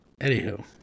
Anywho